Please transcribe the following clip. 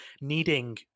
needing